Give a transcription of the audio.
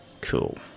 Cool